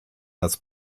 das